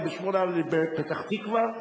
וב-08:00 אני בפתח-תקווה,